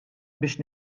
biex